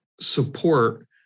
support